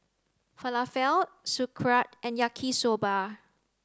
falafel sauerkraut and yaki soba